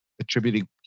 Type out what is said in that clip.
attributing